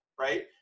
right